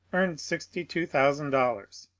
earned sixty two thousand dollars,